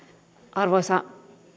arvoisa